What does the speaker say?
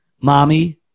Mommy